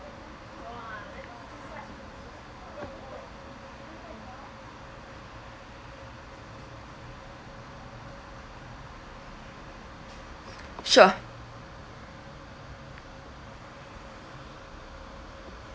sure